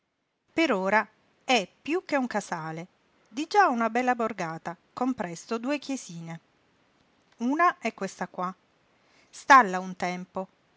per ora è piú che un casale di già una bella borgata con presto due chiesine una è questa qua stalla un tempo